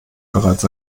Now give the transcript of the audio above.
bereits